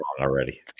already